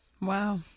Wow